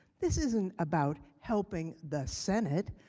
this isn't about helping the senate.